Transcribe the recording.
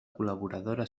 col·laboradora